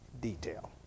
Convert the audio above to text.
detail